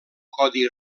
codi